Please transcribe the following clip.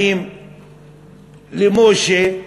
באים למשה,